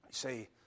say